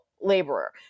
laborer